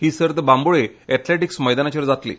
ही सर्त बांबोळे एथलेटिक्स मैदानाचेर जातली